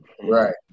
Right